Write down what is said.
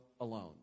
alone